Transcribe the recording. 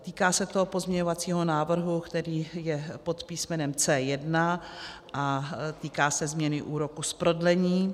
Týká se to pozměňovacího návrhu, který je pod písmenem C1 a týká se změny úroku z prodlení.